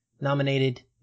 nominated